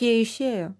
jie išėjo